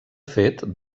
fet